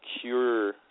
cure